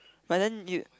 but then you